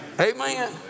Amen